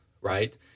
right